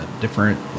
different